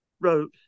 wrote